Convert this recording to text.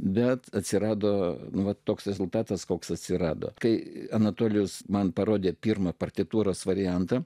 bet atsirado va toks rezultatas koks atsirado kai anatolijus man parodė pirmą partitūros variantą